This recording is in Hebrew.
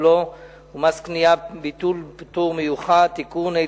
הבלו ומס קנייה (ביטול פטור מיוחד) (תיקון),